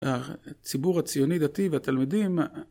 ‫הציבור הציוני-דתי והתלמידים...